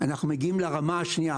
אנחנו מגיעים לרמה השנייה.